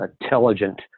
intelligent